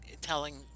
telling